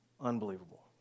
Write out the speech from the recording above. Unbelievable